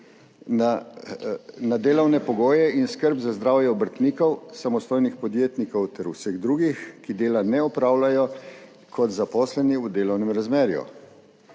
na delovne pogoje in skrb za zdravje obrtnikov samostojnih podjetnikov ter vseh drugih, ki dela ne opravljajo kot zaposleni 2.